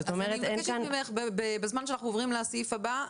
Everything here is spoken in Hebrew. אני מבקשת ממך בזמן שאנחנו עוברים לסעיף הבא,